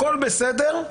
הכול בסדר,